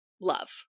love